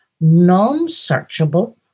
non-searchable